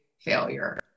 failure